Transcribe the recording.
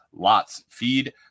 lotsfeed